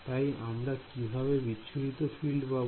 তাই আমরা কিভাবে বিচ্ছুরিত ফিল্ড পাব